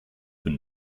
been